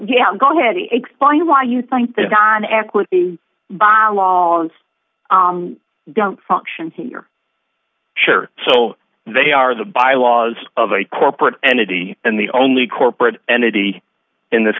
yeah go ahead and explain why you think they've done equity bylaws don't function here share so they are the bylaws of a corporate entity and the only corporate entity in this